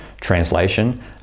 translation